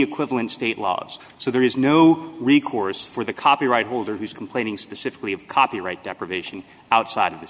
equivalent state laws so there is no recourse for the copyright holder who is complaining specifically of copyright deprivation outside of the